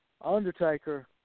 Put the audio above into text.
Undertaker